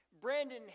Brandon